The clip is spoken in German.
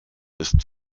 ist